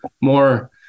more